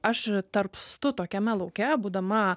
aš tarpstu tokiame lauke būdama